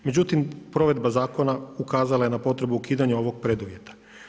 Međutim provedba zakona ukazala je na potrebu ukidanja ovog preduvjeta.